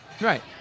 Right